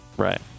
Right